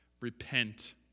repent